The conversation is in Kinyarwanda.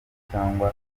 cyangwa